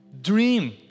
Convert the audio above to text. Dream